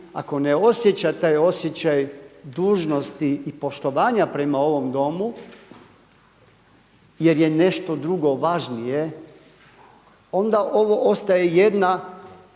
ako ne osjeća taj osjećaj dužnosti i poštovanja prema ovom Domu jer je nešto drugo važnije onda ovo ostaje jedna